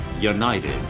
united